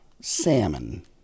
salmon